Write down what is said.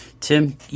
Tim